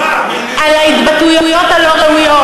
על ההתבטאויות הלא-ראויות.